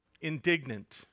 indignant